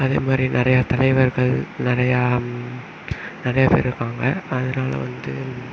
அதேமாதிரி நிறையா தலைவர்கள் நிறையா நிறையா பேர் இருக்காங்க அதனால் வந்து